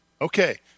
Okay